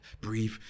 breathe